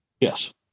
Yes